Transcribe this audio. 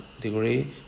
degree